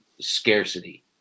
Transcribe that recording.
scarcity